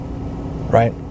right